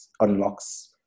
unlocks